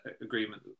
agreement